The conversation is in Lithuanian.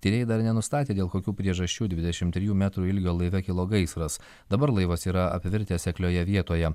tyrėjai dar nenustatė dėl kokių priežasčių dvidešimt trijų metrų ilgio laive kilo gaisras dabar laivas yra apvirtęs seklioje vietoje